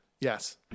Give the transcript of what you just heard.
yes